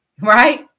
right